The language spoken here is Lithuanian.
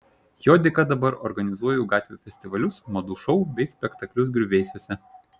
jo dėka dabar organizuoju gatvių festivalius madų šou bei spektaklius griuvėsiuose